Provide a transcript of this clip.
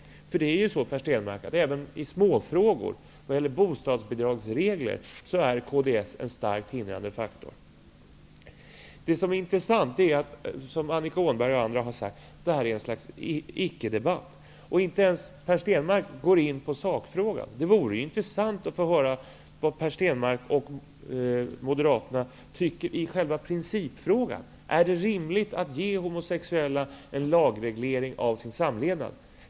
Även i små frågor Per Stenmarck, t.ex. bostadsbidragsregler, är Kds en starkt hindrande faktor. Det intressanta är det som Annika Åhnberg och andra har sagt, nämligen att detta är ett slags icke debatt. Inte ens Per Stenmarck går in i sakfrågan. Det vore intressant att få höra vad Per Stenmarck och Moderaterna tycker i själva principfrågan. Är det rimligt att ge homosexuella tillfälle till lagreglerad samlevnad?